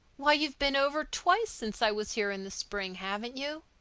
why, you've been over twice since i was here in the spring, haven't you?